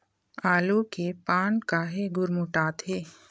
आलू के पान काहे गुरमुटाथे?